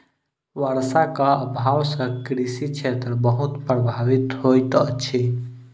वर्षाक अभाव सॅ कृषि क्षेत्र बहुत प्रभावित होइत अछि